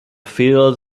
field